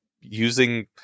using